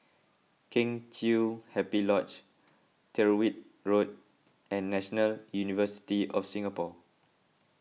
Kheng Chiu Happy Lodge Tyrwhitt Road and National University of Singapore